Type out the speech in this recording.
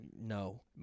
No